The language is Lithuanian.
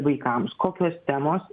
vaikams kokios temos